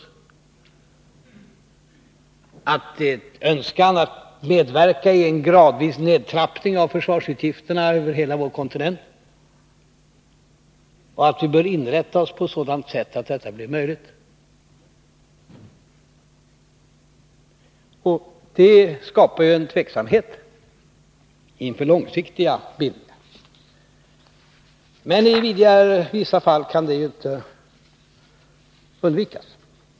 Att vi samtidigt har en önskan att medverka i en gradvis nedtrappning av försvarsutgifterna över hela vår kontinent och att inrätta oss på ett sådant sätt att detta blir möjligt skapar givetvis en tveksamhet inför långsiktiga bindningar, men i vissa fall kan sådana inte undvikas.